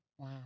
Wow